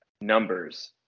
numbers